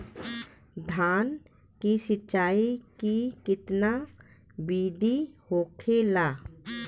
धान की सिंचाई की कितना बिदी होखेला?